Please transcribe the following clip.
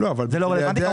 זה לא רלוונטי.